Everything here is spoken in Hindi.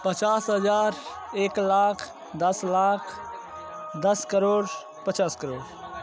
पचास हज़ार एक लाख दस लाख दस करोड़ पचास करोड़